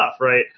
right